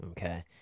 Okay